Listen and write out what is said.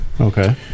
Okay